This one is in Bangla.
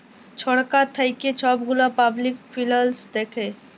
ছরকার থ্যাইকে ছব গুলা পাবলিক ফিল্যাল্স দ্যাখে